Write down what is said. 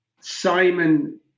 Simon